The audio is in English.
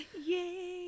yay